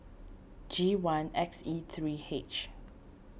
G one X E three H